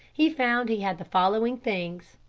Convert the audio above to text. he found he had the following things.